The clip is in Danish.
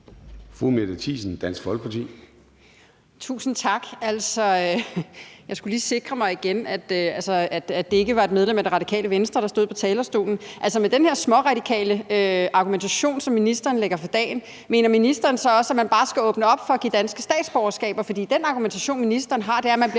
Mette Thiesen (DF): Tusind tak. Jeg skulle lige sikre mig igen, at det ikke var et medlem af Radikale Venstre, der stod på talerstolen. Altså, med den her småradikale argumentation, som ministeren lægger for dagen, mener ministeren så også, at man bare skal åbne op for at give danske statsborgerskaber? For den argumentation, ministeren har, er, at man bare